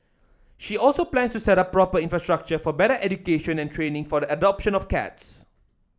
she also plans to set up proper infrastructure for better education and training for the adoption of cats